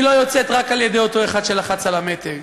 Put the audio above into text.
היא לא יוצאת רק על-ידי אותו אחד שלחץ על המתג,